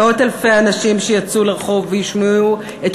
מאות אלפי אנשים שיצאו לרחוב והשמיעו את